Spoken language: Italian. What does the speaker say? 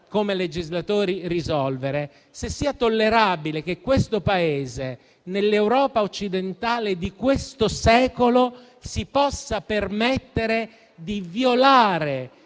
come legislatori, vi chiedo se sia tollerabile che questo Paese, nell'Europa occidentale di questo secolo, si possa permettere di violare